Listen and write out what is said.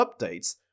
updates